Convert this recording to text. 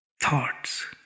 thoughts